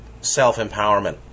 self-empowerment